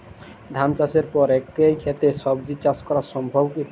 ধান চাষের পর একই ক্ষেতে সবজি চাষ করা সম্ভব কি?